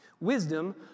Wisdom